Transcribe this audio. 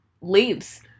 leaves